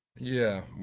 yeah, well,